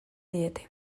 diete